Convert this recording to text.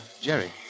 Jerry